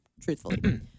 truthfully